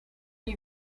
lui